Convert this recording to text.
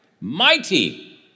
mighty